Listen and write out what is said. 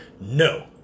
No